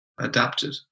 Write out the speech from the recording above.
adapted